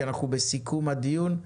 כי אנחנו בסיכום הדיון,